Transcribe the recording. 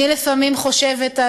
אני לפעמים חושבת,